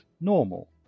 normal